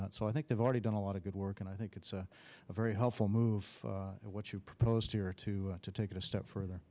that so i think they've already done a lot of good work and i think it's a very helpful move and what you proposed here are to take it a step further